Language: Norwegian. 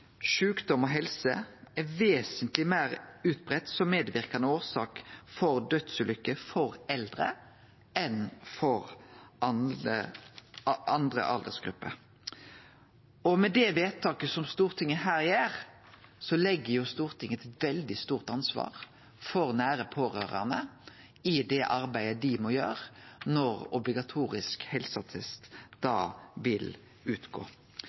medverkande årsak til dødsulykker blant eldre enn i andre aldersgrupper. Med det vedtaket Stortinget her gjer, legg Stortinget eit veldig stort ansvar på nære pårørande i det arbeidet dei må gjere når obligatorisk helseattest vil